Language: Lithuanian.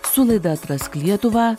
su laida atrask lietuvą